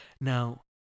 Now